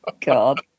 God